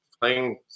playing